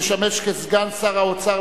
המשמש כסגן שר האוצר,